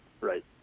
Right